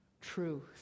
truth